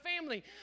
family